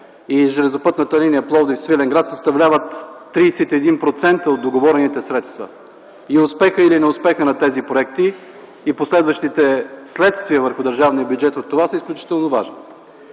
за железопътната линия Пловдив-Свиленград, съставляват 31% от договорените средства. Успехът или неуспехът на тези проекти и последващите ги следствия върху държавния бюджет от това са изключително важни.